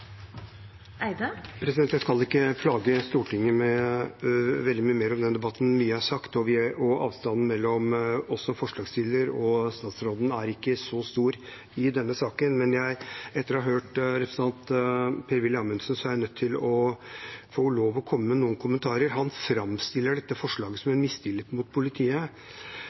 Jeg skal ikke plage Stortinget med veldig mye mer om denne debatten. Mye er sagt, og avstanden mellom oss som forslagsstiller og statsråden er ikke så stor i denne saken, men etter å ha hørt representanten Per-Willy Amundsen er jeg nødt til å få lov å komme med noen kommentarer. Han framstiller dette forslaget som en mistillit mot politiet,